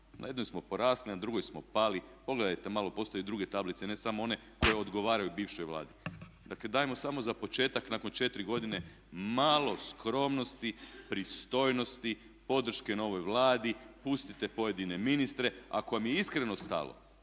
na jednoj smo porasli, na drugoj smo pali. Pogledajte malo postoje i druge tablice, ne samo one koje odgovaraju bivšoj Vladi. Dakle, dajmo samo za početak nakon četiri godine malo skromnosti, pristojnosti, podrške novoj Vladi, pustite pojedine ministre ako vam je iskreno stalo